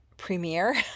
premiere